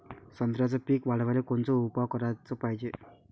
संत्र्याचं पीक वाढवाले कोनचे उपाव कराच पायजे?